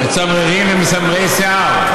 מצמררים ומסמרי שיער,